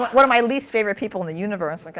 but one of my least favorite people in the universe. like